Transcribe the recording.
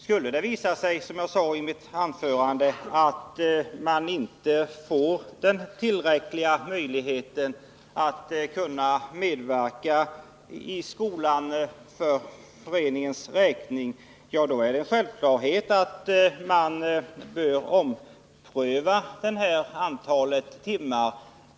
Skulle det, som jag sade i mitt anförande, visa sig att föreningarna inte får möjlighet att i tillräcklig utsträckning medverka i skolan, då är det en självklarhet att man bör ompröva frågan om antalet timmar.